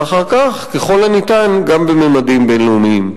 ואחר כך, ככל הניתן, גם בממדים בין-לאומיים.